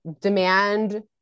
demand